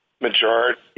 majority